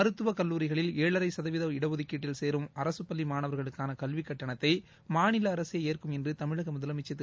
மருத்துவ கல்லூரிகளில் ஏழரை கதவீத இடஒதுக்கீட்டில் சேரும் அரசு பள்ளி மாணவா்களுக்கான கல்வி கட்டணத்தை மாநில அரசே ஏற்கும் என்று தமிழக முதலஎமச்சர் திரு